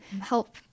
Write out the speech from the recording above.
help